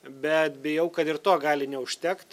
bet bijau kad ir to gali neužtekt